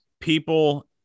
people